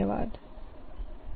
M